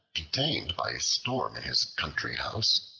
detained by a storm his country house,